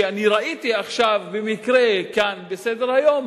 שראיתי עכשיו במקרה כאן בסדר-היום,